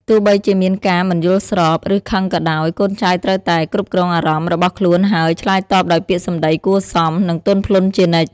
ទោះបីជាមានការមិនយល់ស្រប ឬខឹងក៏ដោយ កូនចៅត្រូវតែ គ្រប់គ្រងអារម្មណ៍ របស់ខ្លួន ហើយ ឆ្លើយតបដោយពាក្យសំដីគួរសម និងទន់ភ្លន់ជានិច្ច។